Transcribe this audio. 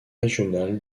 régional